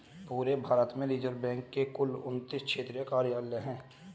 पूरे भारत में रिज़र्व बैंक के कुल उनत्तीस क्षेत्रीय कार्यालय हैं